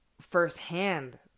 firsthand